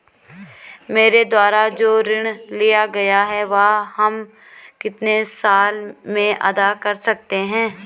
मेरे द्वारा जो ऋण लिया गया है वह हम कितने साल में अदा कर सकते हैं?